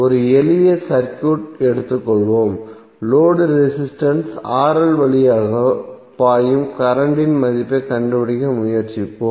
ஒரு எளிய சர்க்யூட் எடுத்துக்கொள்வோம் லோடு ரெசிஸ்டன்ஸ் வழியாக பாயும் கரண்ட்டின் மதிப்பைக் கண்டுபிடிக்க முயற்சிப்போம்